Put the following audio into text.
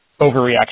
overreaction